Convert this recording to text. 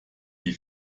die